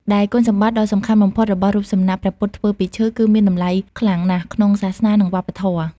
ដែលគុណសម្បត្តិដ៏សំខាន់បំផុតរបស់រូបសំណាកព្រះពុទ្ធធ្វើពីឈើ គឺមានតម្លៃខ្លាំងណាស់ក្នុងសាសនា និងវប្បធម៌។